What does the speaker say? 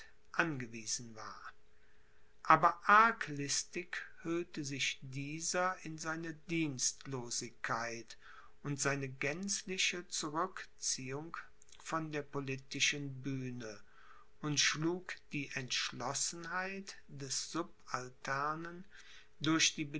angewiesen war aber arglistig hüllte sich dieser in seine dienstlosigkeit und seine gänzliche zurückziehung von der politischen bühne und schlug die entschlossenheit des subalternen durch die